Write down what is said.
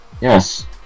yes